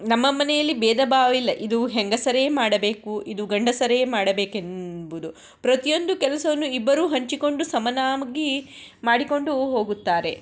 ನಮ್ಮ ಮನೆಯಲ್ಲಿ ಭೇದ ಭಾವ ಇಲ್ಲ ಇದು ಹೆಂಗಸರೇ ಮಾಡಬೇಕು ಇದು ಗಂಡಸರೇ ಮಾಡಬೇಕೆಂಬುದು ಪ್ರತಿಯೊಂದು ಕೆಲಸವನ್ನು ಇಬ್ಬರೂ ಹಂಚಿಕೊಂಡು ಸಮನಾಗೀ ಮಾಡಿಕೊಂಡು ಹೋಗುತ್ತಾರೆ